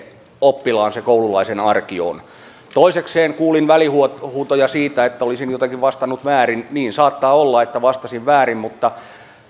oppilaan koululaisen arki on toisekseen kuulin välihuutoja siitä että olisin jotenkin vastannut väärin niin saattaa olla että vastasin väärin mutta